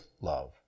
love